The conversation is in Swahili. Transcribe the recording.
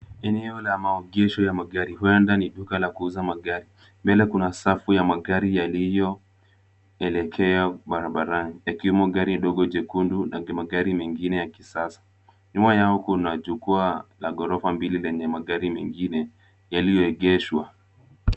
Eneo la maengezo ya magari huenda ni duka la kuuza magari. Mbele kuna safu ya magari yaliyoelekea barabarani. yakiwemo gari ndogo jekundu na magari mengine ya kisasa. Nyuma yao kuna jukwaa la gorofa mbili lenye magari mengine yaliyo egeshwa.